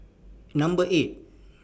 Number eight